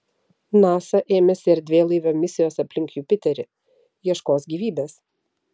nasa ėmėsi erdvėlaivio misijos aplink jupiterį ieškos gyvybės